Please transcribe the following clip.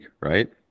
right